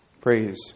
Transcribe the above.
Praise